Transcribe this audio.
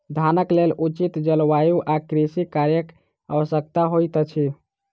धानक लेल उचित जलवायु आ कृषि कार्यक आवश्यकता होइत अछि